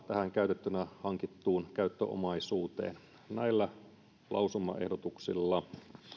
käytettynä hankittuun käyttöomaisuuteen näillä lausumaehdotuksilla